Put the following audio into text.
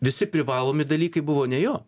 visi privalomi dalykai buvo ne jo